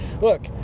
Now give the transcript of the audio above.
Look